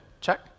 check